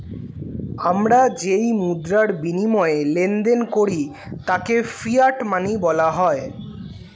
আমরা যেই মুদ্রার বিনিময়ে লেনদেন করি তাকে ফিয়াট মানি বলা হয়